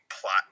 plot